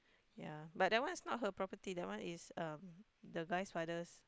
ya but that one is not her property that one is um the the guy's father's